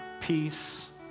peace